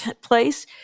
place